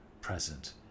present